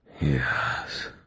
Yes